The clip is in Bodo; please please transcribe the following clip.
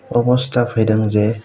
अबस्था फैदों जे